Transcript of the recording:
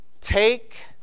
Take